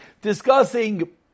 discussing